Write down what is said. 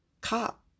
cop